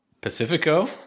Pacifico